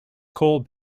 coal